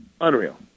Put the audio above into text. Unreal